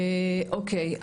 אוקיי,